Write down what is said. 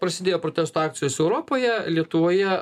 prasidėjo protesto akcijos europoje lietuvoje